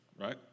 right